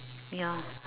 ya